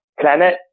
Planet